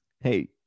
Hey